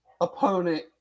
opponent